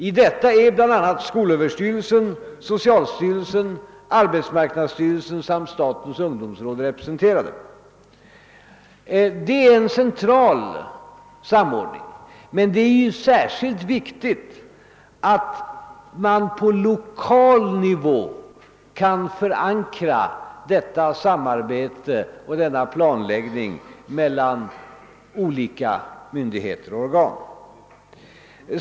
I detta är bl.a. skolöverstyrelsen, socialstyrelsen, arbetsmarknadsstyrelsen samt Detta är en central samordning, men det är särskilt viktigt att man på lokal nivå kan förankra denna planläggning och detta samarbete mellan olika myndigheter och organ.